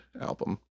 album